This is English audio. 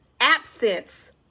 absence